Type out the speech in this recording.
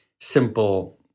simple